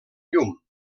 llum